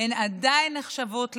הן עדיין נחשבות למיעוט,